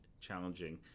challenging